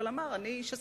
אבל אמר: אני איש עסקים.